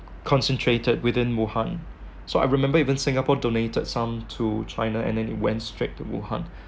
concentrated within wuhan so I remember even Singapore donated some to China and then it went straight to wuhan